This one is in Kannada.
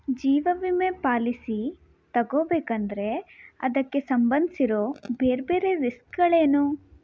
ಜೀವ ವಿಮೆ ಪಾಲಿಸಿ ತಗೋಬೇಕಂದರೆ ಅದಕ್ಕೆ ಸಂಬಂಧಿಸಿರೋ ಬೇರೆ ಬೇರೆ ರಿಸ್ಕ್ಗಳೇನು